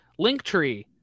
Linktree